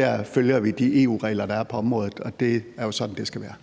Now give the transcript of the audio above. Dér følger vi de EU-regler, der er på området. Det er jo sådan, det skal være.